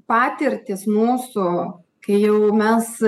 patirtys mūsų kai jau mes